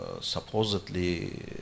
supposedly